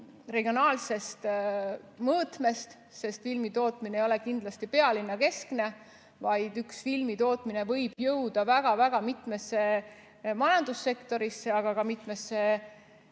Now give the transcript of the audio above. regionaalsest mõõtmest, sest filmitootmine ei ole kindlasti pealinnakeskne, vaid see võib jõuda väga-väga mitmesse majandussektorisse, aga ka mitmesse